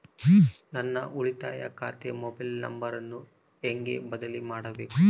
ನನ್ನ ಉಳಿತಾಯ ಖಾತೆ ಮೊಬೈಲ್ ನಂಬರನ್ನು ಹೆಂಗ ಬದಲಿ ಮಾಡಬೇಕು?